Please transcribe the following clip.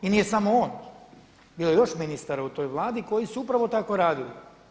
I nije samo on, bilo je još ministara u toj Vladi koji su upravo tako radili.